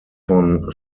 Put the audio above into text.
von